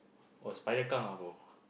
!wah! spider kang ah bro